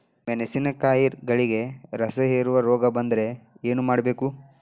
ಮೆಣಸಿನಕಾಯಿಗಳಿಗೆ ರಸಹೇರುವ ರೋಗ ಬಂದರೆ ಏನು ಮಾಡಬೇಕು?